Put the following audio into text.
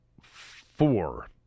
four